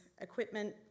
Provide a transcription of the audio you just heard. equipment